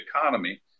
economy